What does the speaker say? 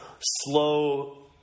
Slow